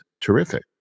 terrific